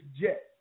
jet